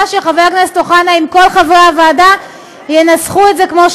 אין שום כוונה שערך אחד יעלה על הערך